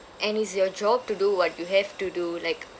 and it's your job to do what you have to do like